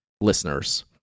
listeners